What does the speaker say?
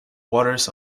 waters